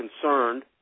concerned